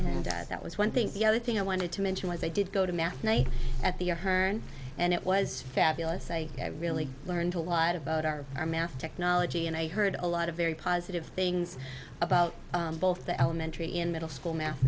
and that was one thing the other thing i wanted to mention was i did go to math night at the herne and it was fabulous i really learned a lot about our our math technology and i heard a lot of very positive things about both the elementary and middle school math